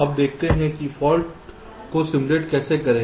अब देखते हैं कि फॉल्ट्स को सिमुलेट कैसे करें